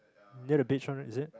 near the beach one right is it